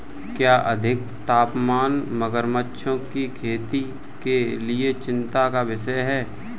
क्या अधिक तापमान मगरमच्छों की खेती के लिए चिंता का विषय है?